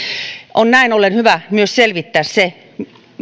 on näin ollen hyvä myös selvittää se